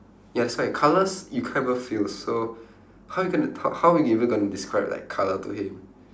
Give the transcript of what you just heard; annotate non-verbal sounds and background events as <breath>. ya that's why like colours you cant even feel so <breath> how you going to talk how you even going to describe like colour to him